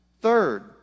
Third